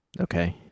Okay